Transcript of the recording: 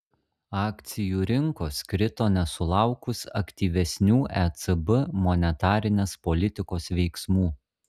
akcijų rinkos krito nesulaukus aktyvesnių ecb monetarinės politikos veiksmų